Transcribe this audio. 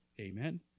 amen